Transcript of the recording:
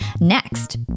next